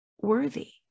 worthy